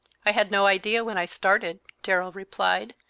i had no idea when i started, darrell replied,